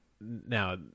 now